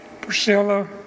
Priscilla